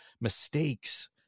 mistakes